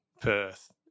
Perth